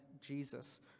Jesus